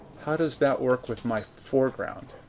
how does that work with my foreground?